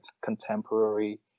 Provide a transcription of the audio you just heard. contemporary